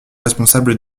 responsables